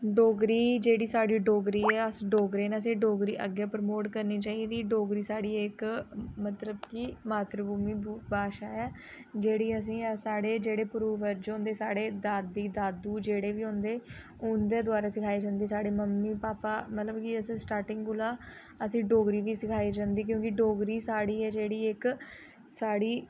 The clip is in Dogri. डोगरी जेह्ड़ी साढ़ी डोगरी ऐ अस डोगरे'न असें डोगरी अग्गें प्रमोट करनी चाहिदी डोगरी साढ़ी इक मतलब कि मात्तर भूमि दी भाशा ऐ जेह्ड़ी असेंगी साढ़े जेह्ड़े पूर्वज होंदे साढ़े दादी दादू जेह्ड़े बी होंदे उं'दे द्वारा सखाई जंदी साढ़े मम्मी पापा मतलब कि असें स्टार्टिंग कोला असें डोगरी बी सखाई जंदी क्योंकि डोगरी साढ़ी ऐ जेह्ड़ी इक साढ़ी